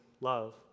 love